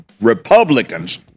republicans